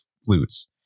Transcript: flutes